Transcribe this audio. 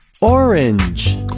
Orange